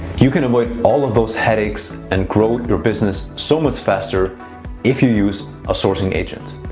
you can avoid all of those headaches and grow your business so much faster if you use a sourcing agent.